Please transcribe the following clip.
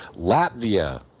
Latvia